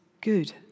good